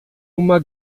uma